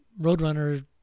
Roadrunner